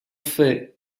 faits